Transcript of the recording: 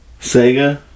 Sega